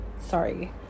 Sorry